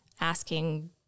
asking